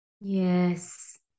yes